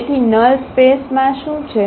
તેથી નલ સ્પેસમાં શું છે